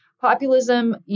Populism